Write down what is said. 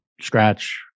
scratch